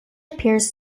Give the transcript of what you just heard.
appears